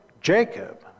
Jacob